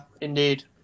indeed